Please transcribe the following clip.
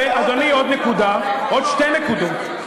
אדוני, עוד שתי נקודות.